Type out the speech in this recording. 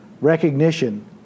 recognition